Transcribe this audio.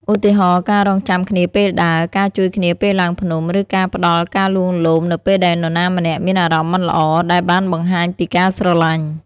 ឧទាហរណ៍ ការរង់ចាំគ្នាពេលដើរ ការជួយគ្នាពេលឡើងភ្នំ ឬការផ្តល់ការលួងលោមនៅពេលដែលនរណាម្នាក់មានអារម្មណ៍មិនល្អ ដែលបានបង្ហាញពីការស្រលាញ់។